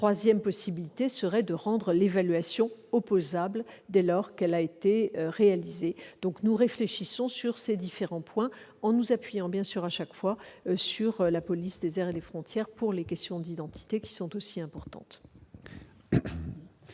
troisième possibilité serait de rendre l'évaluation opposable dès lors qu'elle a été réalisée. Nous réfléchissons sur ces différents points, en nous appuyant chaque fois sur la police aux frontières pour les questions d'identité, car elles sont aussi importantes.